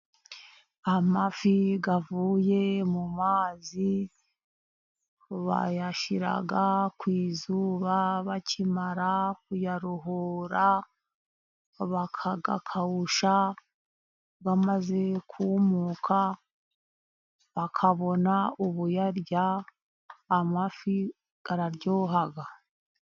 Amafi avuye mu mazi, bayashyira ku izuba bakimara kuyarohura, bakayakawusha. Amaze kumuka bakabona kuyarya, amafi araryoha.